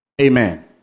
Amen